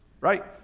Right